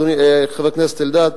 חבר הכנסת אלדד: